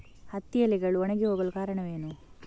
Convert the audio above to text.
ಹತ್ತಿ ಎಲೆಗಳು ಒಣಗಿ ಹೋಗಲು ಕಾರಣವೇನು?